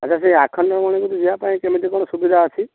ଆଚ୍ଛା ସେ ଆଖଣ୍ଡଳମଣିକୁ ଯିବା ପାଇଁ କେମିତି କ'ଣ ସୁବିଧା ଅଛି